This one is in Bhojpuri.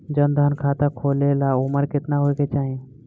जन धन खाता खोले ला उमर केतना होए के चाही?